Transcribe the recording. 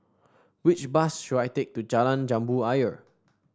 which bus should I take to Jalan Jambu Ayer